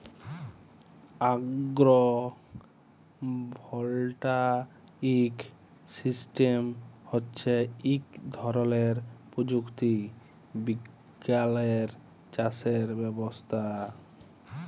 আগ্র voltaic system হচ্যে ইক ধরলের প্রযুক্তি বিজ্ঞালের চাসের ব্যবস্থা